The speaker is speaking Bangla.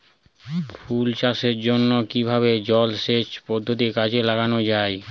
ফুল চাষের জন্য কিভাবে জলাসেচ পদ্ধতি কাজে লাগানো যাই?